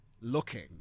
looking